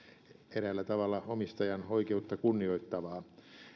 eräällä tavalla omistajan oikeutta kunnioittavaa